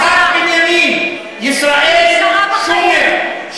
מח"ט בנימין ישראל שומר,